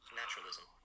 naturalism